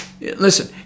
listen